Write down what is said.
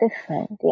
different